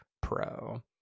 Pro